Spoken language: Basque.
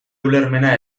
ulermena